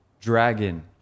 Dragon